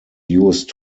used